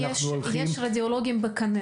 ואנחנו הולכים --- האם יש רדיולוגים בקנה?